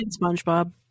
Spongebob